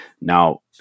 Now